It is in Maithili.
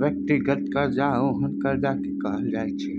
व्यक्तिगत कर्जा ओहेन कर्जा के कहल जाइत छै